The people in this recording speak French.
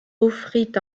offrit